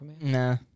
Nah